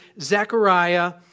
Zechariah